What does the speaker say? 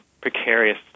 precarious